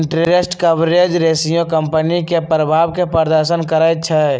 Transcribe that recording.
interest coverage ratio company के प्रभाव के प्रदर्शन करइ छै